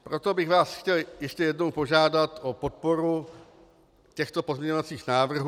Proto bych vás chtěl ještě jednou požádat o podporu těchto pozměňovacích návrhů.